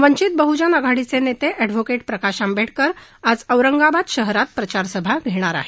वंचित बहुजन आघाडीचे नेते अॅडव्होकेट प्रकाश आंबेडकर आज औरंगाबाद शहरात प्रचार सभा घेणार आहेत